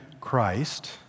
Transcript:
Christ